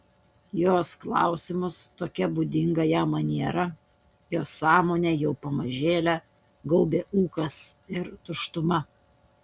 jos klausimus tokia būdinga jam maniera jo sąmonę jau pamažėle gaubė ūkas ir tuštuma